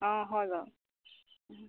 অ হয় বাৰু